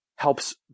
helps